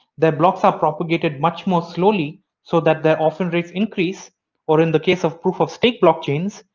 their blocks are propagated much more slowly so that that orphan rates increase or in the case of proof of state blockchains,